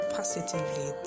positively